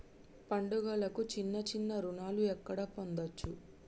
పండుగలకు చిన్న చిన్న రుణాలు ఎక్కడ పొందచ్చు?